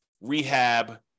rehab